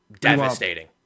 Devastating